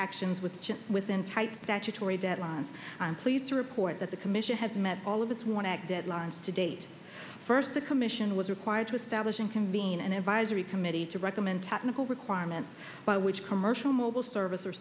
actions with just within type that to tory deadlines i'm pleased to report that the commission has met all of us want to deadlines to date first the commission was required to establish in convene an advisory committee to recommend technical requirements by which commercial mobile service or